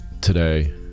today